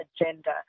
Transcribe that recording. agenda